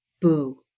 Boo